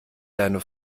deine